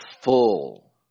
full